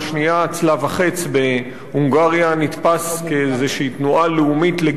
"צלב החץ" בהונגריה נתפס כאיזו תנועה לאומית לגיטימית,